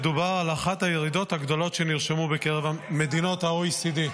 מדובר על אחת הירידות הגדולות שנרשמו בקרב מדינות ה-OECD.